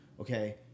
okay